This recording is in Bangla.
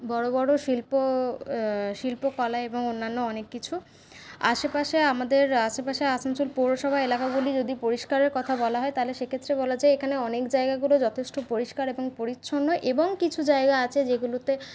বড়ো বড়ো শিল্প শিল্পকলা এবং অন্যান্য অনেক কিছু আশেপাশে আমাদের আশেপাশে আসানসোল পৌরসভা এলাকাগুলি যদি পরিষ্কারের কথা বলা হয় তাহলে সেক্ষেত্রে বলা যায় এখানে অনেক জায়গাগুলো যথেষ্ট পরিষ্কার এবং পরিচ্ছন্ন এবং কিছু জায়গা আছে যেগুলোতে